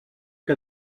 que